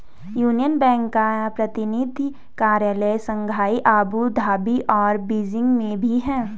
union Bank का प्रतिनिधि कार्यालय शंघाई अबू धाबी और बीजिंग में भी है